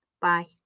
Bye